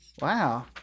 Wow